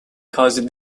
cause